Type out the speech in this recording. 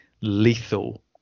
lethal